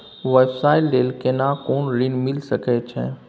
व्यवसाय ले केना कोन ऋन मिल सके छै?